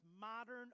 Modern